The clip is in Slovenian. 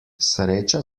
sreča